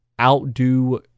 Outdo